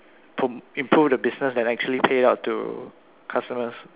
pro~ improve the business than actually pay out to customers